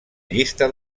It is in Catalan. llista